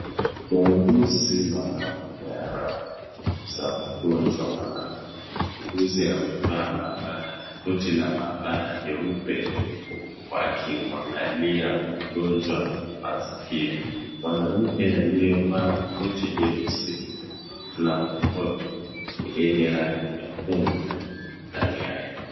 Muuguzi mwanamume anamsa mgonjwa mwanamke. Muuguzi amevaa koti la maabara nyeupe wakimwangalia mgonjwa maskio. Mwanamke aliyevaa koti jeusi na nguo yenye rangi nyekundu ndani yake.